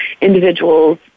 individuals